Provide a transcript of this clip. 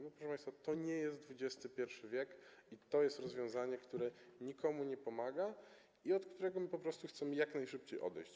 No, proszę państwa, to nie jest XXI w., to jest rozwiązanie, które nikomu nie pomaga i od którego po prostu chcemy jak najszybciej odejść.